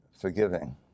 forgiving